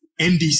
NDC